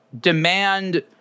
demand